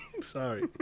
Sorry